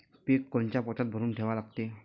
पीक कोनच्या पोत्यात भरून ठेवा लागते?